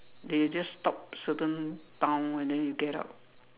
they just stop certain town and then you get out